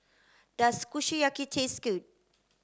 does Kushiyaki taste good